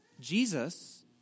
Jesus